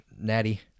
Natty